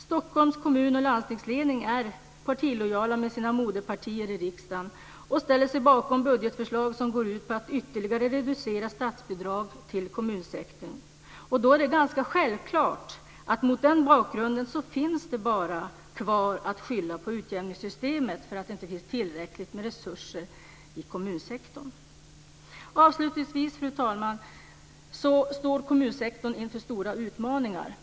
Stockholms kommun och landstingsledning är partilojala med sina moderpartier i riksdagen och ställer sig bakom budgetförslag som går ut på att ytterligare reducera statsbidrag till kommunsektorn. Då är det är ganska självklart att mot den bakgrunden återstår det bara att skylla på utjämningssystemet för att det inte finns tillräckligt med resurser i kommunsektorn. Avslutningsvis, fru talman, står kommunsektorn inför stora utmaningar.